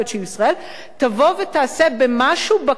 תבוא ותעשה במשהו בקרת נזקים,